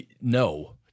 no